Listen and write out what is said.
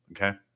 Okay